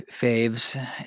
faves